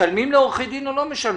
משלמים לעורכי דין או לא משלמים?